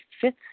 fifth